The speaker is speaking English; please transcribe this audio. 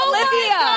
Olivia